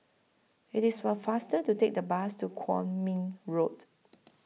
IT IS faster to Take The Bus to Kwong Min Road